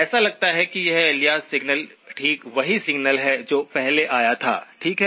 ऐसा लगता है कि यह एलियास सिग्नल ठीक वही सिग्नल है जो पहले आया था ठीक है